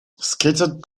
scattered